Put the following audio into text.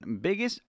Biggest